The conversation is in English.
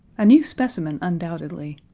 a new specimen, undoubtedly.